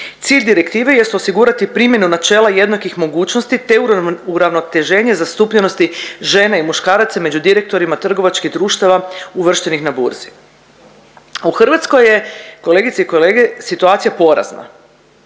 Cilj direktive jest osigurati primjenu načela jednakih mogućnosti, te uravnoteženje zastupljenosti žena i muškaraca među direktorima trgovačkih društava uvrštenih na burzi. U Hrvatskoj je kolegice i kolege situacija porazna.